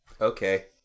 Okay